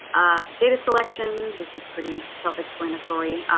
data selection this is pretty self-explanatory.